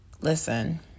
Listen